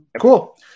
Cool